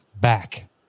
back